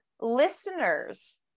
listeners